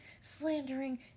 slandering